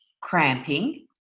cramping